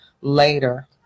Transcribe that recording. later